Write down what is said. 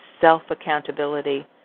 self-accountability